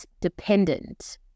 dependent